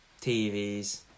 TVs